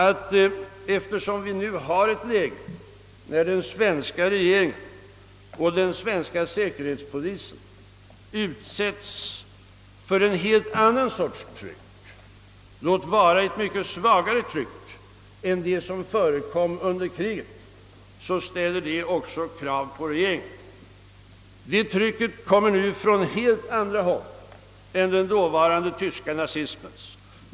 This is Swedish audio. Den svenska regeringen och den svenska säkerhetspolisen utsätts. nu för en helt annan sorts tryck, låt vara ett mycket svagare tryck, än det som förekom under kriget. Detta tryek kommer från helt annat håll än den dåvarande tyska nazismens.